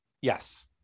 Yes